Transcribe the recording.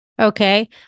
Okay